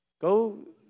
Go